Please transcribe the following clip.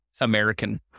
American